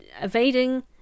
evading